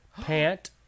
pant